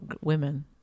women